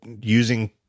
using